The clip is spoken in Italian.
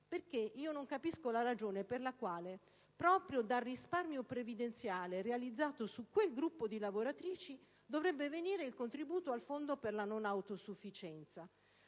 beffa. Non capisco la ragione per la quale proprio dal risparmio previdenziale realizzato su quel gruppo di lavoratrici dovrebbe venire il contributo al fondo per la non autosufficienza,